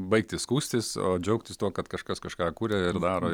baigti skųstis o džiaugtis tuo kad kažkas kažką kuria ir daro